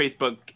Facebook